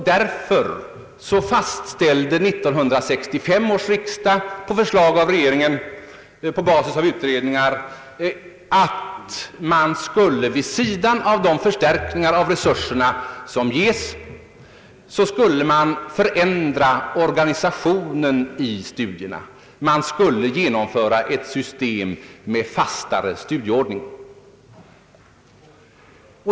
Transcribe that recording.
Därför fastställde 1965 års riksdag, på förslag som regeringen gjorde på basis av utredningar, att man vid sidan av de förstärkningar av resurserna som ges skulle förändra organisationen av studierna. Man skulle genomföra ett system med fastare studieordning.